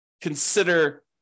consider